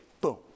Boom